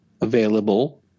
available